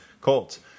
Colts